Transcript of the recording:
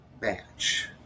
match